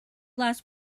last